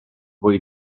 fwy